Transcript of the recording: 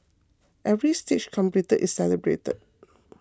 every stage completed is celebrated